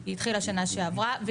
היא התחילה שנה שעברה.